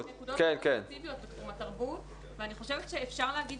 יש נקודות מאוד ספציפיות בתחום התרבות ואני חושבת שאפשר להגיד